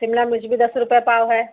शिमला मिर्च भी दस रुपया पाव है